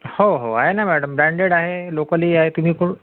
हो हो आहे ना मॅडम ब्रँडेड आहे लोकलही आहे तुम्ही